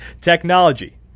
technology